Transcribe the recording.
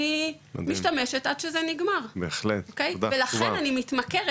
אני משתמשת עד שזה נגמר ולכן אני מתמכרת